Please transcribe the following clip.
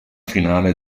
finale